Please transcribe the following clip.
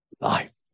life